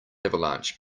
avalanche